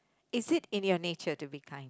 is it in your nature to be kind